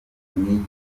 n’icyo